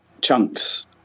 chunks